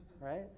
right